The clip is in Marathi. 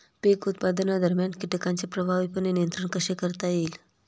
पीक उत्पादनादरम्यान कीटकांचे प्रभावीपणे नियंत्रण कसे करता येईल?